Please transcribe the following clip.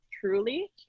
truly